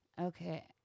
Okay